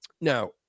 Now